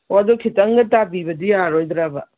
ꯑꯣ ꯑꯗꯨ ꯈꯤꯇꯪꯒ ꯇꯥꯕꯤꯕꯗꯤ ꯌꯥꯔꯔꯣꯏꯗ꯭ꯔꯕ